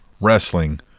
wrestling